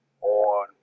on